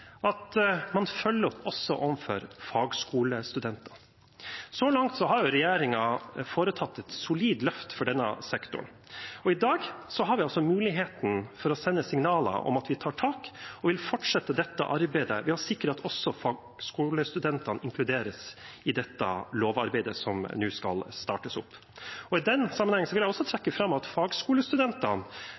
at man følger opp også overfor fagskolestudenter. Så langt har regjeringen foretatt et solid løft for denne sektoren, og i dag har vi altså mulighet til å sende signaler om at vi tar tak og vil fortsette dette arbeidet ved å sikre at også fagskolestudentene inkluderes i det lovarbeidet som nå skal startes opp. I den sammenheng vil jeg også trekke fram at fagskolestudentene